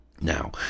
Now